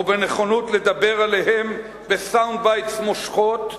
או בנכונות לדבר עליהם ב"סאונד בייטס" מושכות,